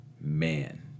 Man